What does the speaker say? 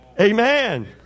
Amen